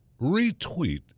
retweet